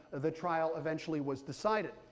the trial eventually was decided.